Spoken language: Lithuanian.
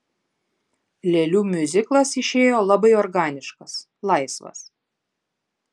lėlių miuziklas išėjo labai organiškas laisvas